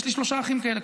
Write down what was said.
יש לי שלושה אחים כאלה,